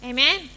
Amen